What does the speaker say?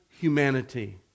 humanity